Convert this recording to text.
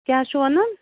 کیٛاہ چھُ وَنان